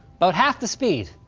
about half the speed.